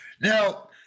Now